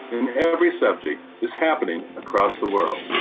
in every subject, is happening across the world.